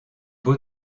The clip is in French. beau